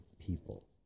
people